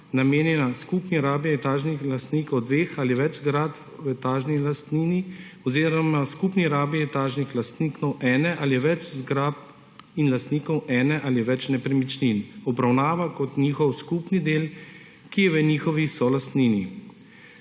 namenjena skupni rabi etažnih lastnikov dveh ali več gradenj v etažni lastnini oziroma skupni rabi etažnih lastnikov ene ali več zgradb in lastnikov ene ali več nepremičnin, obravnava kot njihov skupni del, ki je v njihovi solastnini.